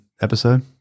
Episode